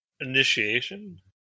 initiation